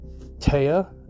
Taya